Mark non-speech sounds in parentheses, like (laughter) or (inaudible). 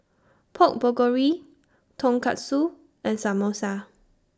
Pork (unintelligible) Tonkatsu and Samosa